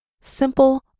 simple